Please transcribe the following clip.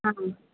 हाँ